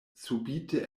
subite